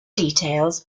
details